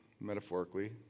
metaphorically